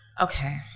okay